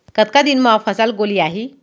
कतका दिन म फसल गोलियाही?